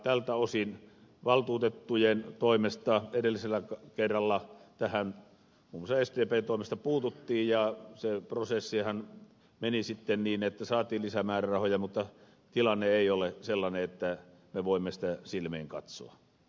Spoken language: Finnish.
tältä osin valtuutettujen toimesta edellisellä kerralla tähän muun muassa sdpn toimesta puututtiin ja se prosessihan meni sitten niin että saatiin lisämäärärahoja mutta tilanne ei ole sellainen että me voimme sitä silmiin katsoa